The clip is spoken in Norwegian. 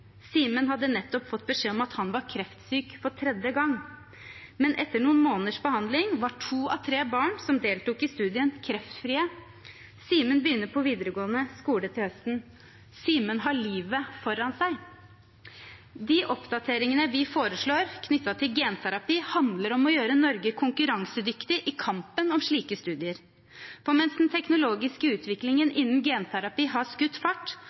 Simen hadde nettopp fått beskjed om at han var kreftsyk for tredje gang. Men etter noen måneders behandling var to av tre barn som deltok i studien, kreftfrie. Simen begynner på videregående skole til høsten. Simen har livet foran seg. De oppdateringene vi foreslår knyttet til genterapi, handler om å gjøre Norge konkurransedyktig i kampen om slike studier. For mens den teknologiske utviklingen innen genterapi har skutt fart,